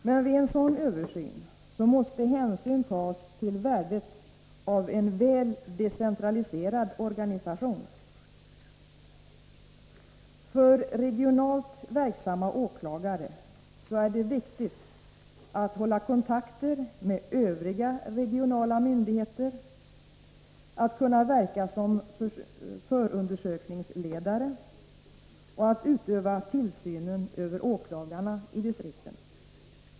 Men vid en sådan översyn måste hänsyn tas till värdet av en väl decentraliserad organisation. För regionalt verksamma åklagare är det viktigt att hålla kontakter med övriga regionala myndigheter, att kunna verka som förundersökningsledare och att utöva tillsynen över åklagarna i distrikten.